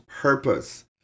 purpose